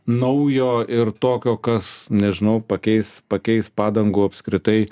naujo ir tokio kas nežinau pakeis pakeis padangų apskritai